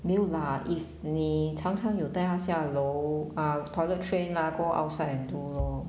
没有 lah if 你常常有带它下楼 ah toilet train lah go outside and do lor